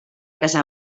casar